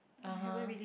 (uh huh)